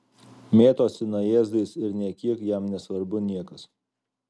mėtosi najėzdais ir nė kiek jam nesvarbu niekas